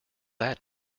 that